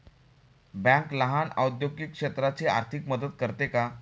Bank लहान औद्योगिक क्षेत्राची आर्थिक मदत करते का?